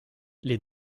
les